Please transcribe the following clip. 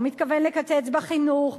הוא מתכוון לקצץ בחינוך,